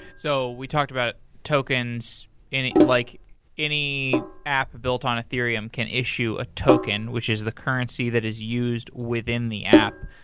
so we talked about tokens and like any app built on ethereum can issue a token, which is the currency that is used within the app.